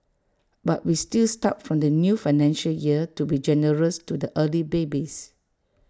but we will start from the new financial year to be generous to the early babies